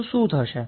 તો શું થશે